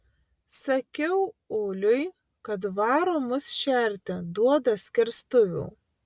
sakiau uliui kad varo mus šerti duoda skerstuvių